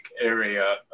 area